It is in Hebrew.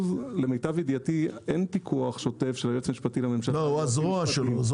אבל אין פיקוח שוטף- - הוא הזרוע שלו.